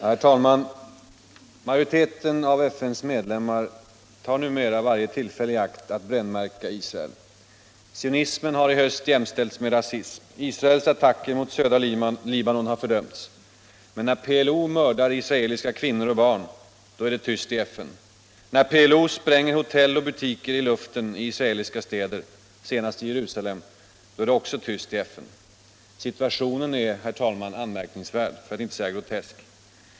Herr talman! Majoriteten av FN:s medlemmar tar numera varje tillfälle i akt att brännmärka Israel. Sionismen har i höst jämställts med rasism. Israels attacker mot södra Libanon har fördömts. Men när PLO mördar israeliska kvinnor och barn, då är det tyst i FN. När PLO spränger hotell och butiker i luften i israeliska städer, senast i Jerusalem, då är det också tyst i FN. Situationen är, herr talman, anmärkningsvärd, för att inte säga grotesk.